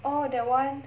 orh that one